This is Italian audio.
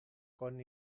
con